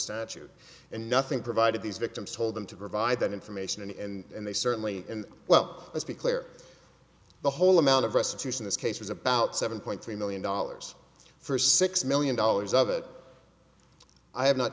statute and nothing provided these victims told them to provide that information and they certainly well let's be clear the whole amount of restitution this case was about seven point three million dollars for six million dollars of it i have not